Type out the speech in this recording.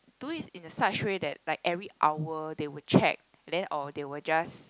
do it in a such way that like every hour they will check then or they will just